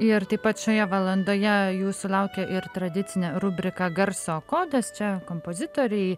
ir taip pat šioje valandoje jūsų laukia ir tradicinė rubrika garso kodas čia kompozitoriai